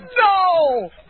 No